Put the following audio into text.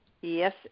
Yes